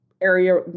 area